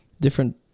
different